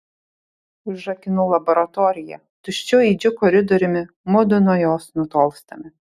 užrakinu laboratoriją tuščiu aidžiu koridoriumi mudu nuo jos nutolstame